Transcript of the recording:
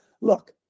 Look